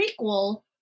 prequel